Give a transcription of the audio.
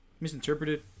misinterpreted